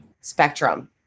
spectrum